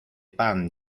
pan